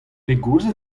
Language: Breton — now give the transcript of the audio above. pegoulz